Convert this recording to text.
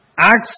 Acts